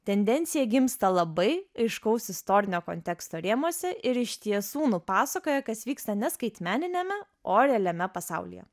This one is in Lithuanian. tendencija gimsta labai aiškaus istorinio konteksto rėmuose ir iš tiesų nupasakoja kas vyksta ne skaitmeniniame o realiame pasaulyje